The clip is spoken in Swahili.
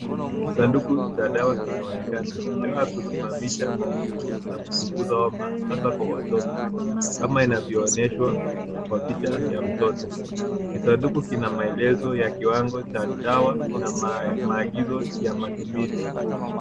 Kisanduku cha dawa kinaonekana. Dawa husimamisha maumivu na kupunguza homa hasa kwa watoto kama inavyoonyeshwa kwa picha ya mtoto. Kisanduku kina maelezo ya kiwango cha dawa na maagizo ya matumizi.